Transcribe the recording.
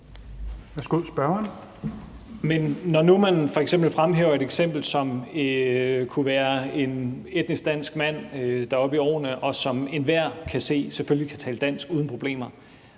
når man nu f.eks. fremhæver et eksempel, som kunne være en etnisk dansk mand, der er oppe i årene, og som enhver kan se selvfølgelig kan tale dansk uden problemer,